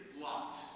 lot